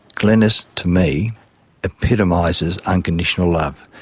glenys to me epitomises unconditional love.